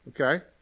okay